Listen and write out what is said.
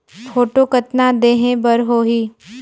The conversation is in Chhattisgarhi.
फोटो कतना देहें बर होहि?